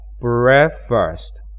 breakfast